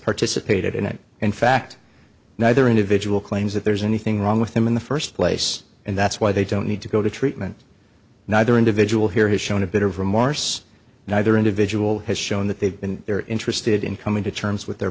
participated in it in fact neither individual claims that there's anything wrong with them in the first place and that's why they don't need to go to treatment neither individual here has shown a bit of remorse neither individual has shown that they've been they're interested in coming to terms with their